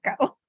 go